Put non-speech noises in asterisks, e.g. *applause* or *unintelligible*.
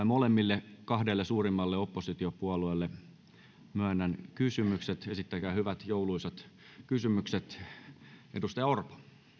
*unintelligible* molemmille kahdelle suurimmalle oppositiopuolueelle myönnän vielä kysymykset esittäkää hyvät jouluisat kysymykset edustaja orpo